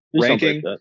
ranking